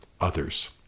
others